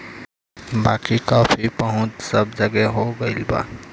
बाकी कॉफ़ी पहुंच सब जगह हो गईल बा